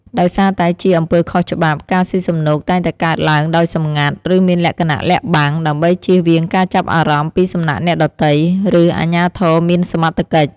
ដោយសារតែជាអំពើខុសច្បាប់ ការស៊ីសំណូកតែងតែកើតឡើងដោយសម្ងាត់ ឬមានលក្ខណៈលាក់បាំង ដើម្បីចៀសវាងការចាប់អារម្មណ៍ពីសំណាក់អ្នកដទៃ ឬអាជ្ញាធរមានសមត្ថកិច្ច។